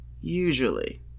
Usually